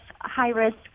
high-risk